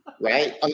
right